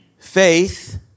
Faith